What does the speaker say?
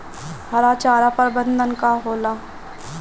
हरा चारा प्रबंधन का होला?